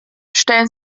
stellen